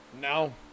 no